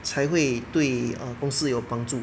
才会对 err 公司有帮助